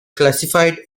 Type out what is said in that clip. classified